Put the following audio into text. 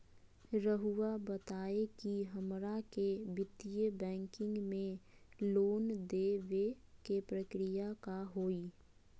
रहुआ बताएं कि हमरा के वित्तीय बैंकिंग में लोन दे बे के प्रक्रिया का होई?